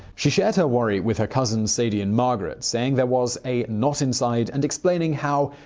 she shared her worry with her cousins sadie and margaret, saying there was a knot inside and explaining how,